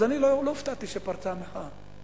אז אני לא הופתעתי שפרצה המחאה.